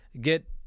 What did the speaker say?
get